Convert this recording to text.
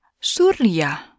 Surya